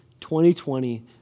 2020